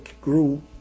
grew